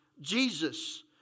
Jesus